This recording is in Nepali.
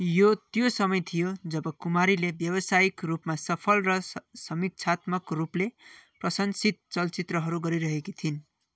यो त्यो समय थियो जब कुमारीले व्यवसायिक रूपमा सफल र समीक्षात्मक रूपले प्रशंसित चलचित्रहरू गरिरहेकी थिइन्